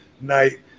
night